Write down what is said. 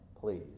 please